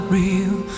real